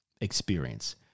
experience